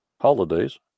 holidays